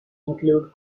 include